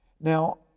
Now